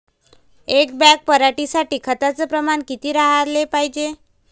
एक बॅग पराटी साठी खताचं प्रमान किती राहाले पायजे?